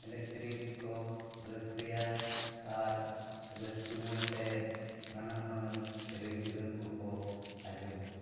ᱮᱱᱮᱡ ᱥᱮᱨᱮᱧ ᱠᱚᱠᱚ ᱨᱟᱹᱥᱠᱟᱹᱭᱟ ᱟᱨ ᱨᱟᱹᱥᱠᱟᱹ ᱢᱚᱱᱮ ᱛᱮ ᱱᱟᱱᱟ ᱦᱩᱱᱟᱹᱨ ᱥᱮᱨᱮᱧ ᱫᱩᱨᱟᱝ ᱠᱚᱠᱚ ᱟᱸᱡᱚᱢ ᱟᱵᱚᱱᱟ ᱟᱨ